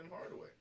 Hardaway